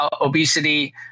obesity